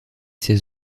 ses